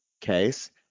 case